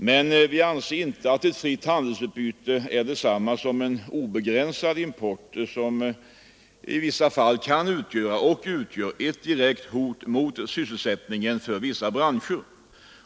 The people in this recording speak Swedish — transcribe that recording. Men vi anser inte att ett fritt handelsutbyte är detsamma som en obegränsad import, som ibland utgör ett direkt hot mot syssselsättningen inom vissa branscher.